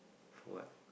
for what